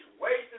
wasted